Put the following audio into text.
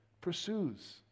Pursues